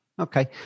Okay